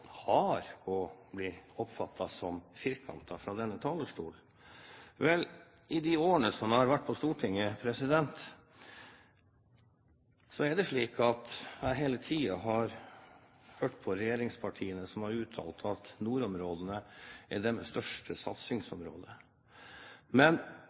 hard og bli oppfattet som så firkantet fra denne talerstol. Vel, i de årene som jeg har vært på Stortinget, er det slik at jeg hele tiden har hørt at regjeringspartiene har uttalt at nordområdene er deres største satsingsområde. Men